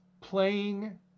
playing